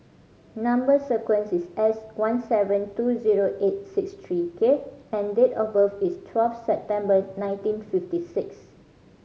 number sequence is S one seven two zero eight six three K and date of birth is twelve September nineteen fifty six